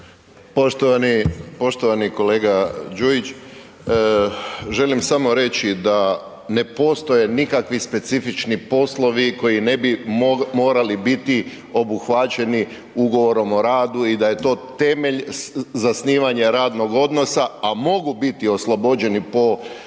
Poštovani kolega Đujić, želimo samo reći da ne postoje nikakvi specifični poslovi koji ne bi morali biti obuhvaćeni ugovorom o radu i da je to temelj zasnivanja radnog odnosa a mogu biti oslobođeni po praksi